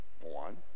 One